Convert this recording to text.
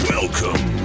Welcome